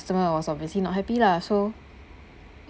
customer was obviously not happy lah so